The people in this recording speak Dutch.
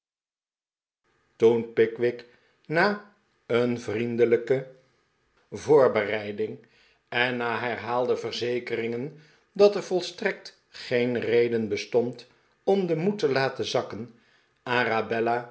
toen pickwick na een vriendelijke voorbereiding en na herhaalde verzekeringen dat er volstrekt geen reden bestond om den moed te laten zakken